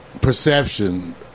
perception